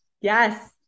Yes